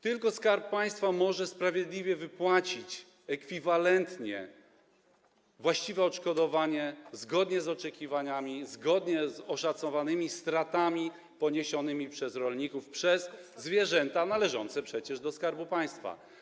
Tylko Skarb Państwa może wypłacić sprawiedliwe, ekwiwalentnie właściwe odszkodowanie, zgodnie z oczekiwaniami, zgodnie z oszacowanymi stratami poniesionymi przez rolników, a poczynionymi przez zwierzęta należące przecież do Skarbu Państwa.